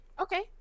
Okay